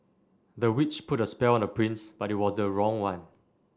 the witch put a spell on the prince but it was the wrong one